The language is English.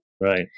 right